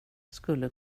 skulle